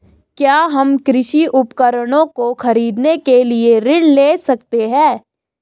क्या हम कृषि उपकरणों को खरीदने के लिए ऋण ले सकते हैं?